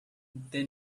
they